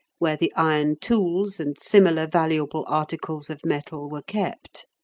where the iron tools and similar valuable articles of metal were kept.